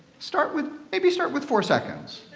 start with. maybe start with four seconds.